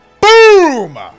Boom